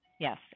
Yes